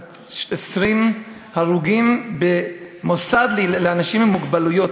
20 הרוגים במוסד לאנשים עם מוגבלויות.